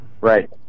Right